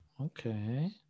Okay